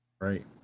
right